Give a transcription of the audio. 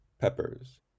peppers